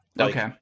Okay